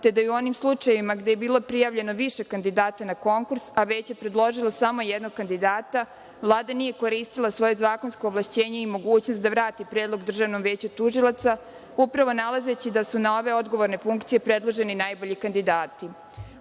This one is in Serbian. te da je u onim slučajevima gde je bilo prijavljeno više kandidata na konkurs, a Veće predložilo samo jednog kandidata, Vlada nije koristila svoje zakonsko ovlašćenje i mogućnost da vrati predlog Državnom veću tužioca, upravo nalazeći da su na ove odgovorne funkcije predloženi najbolji kandidati. Uverena